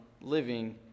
living